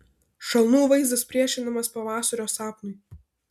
šalnų vaizdas priešinamas pavasario sapnui